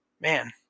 man